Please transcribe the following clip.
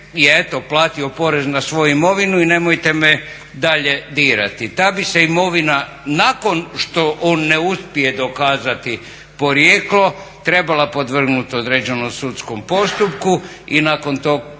eto platio porez na svoju imovinu i nemojte me dalje dirati. Ta bi se imovina nakon što on ne uspije dokazati porijeklo trebala podvrgnuti određenom sudskom postupku i nakon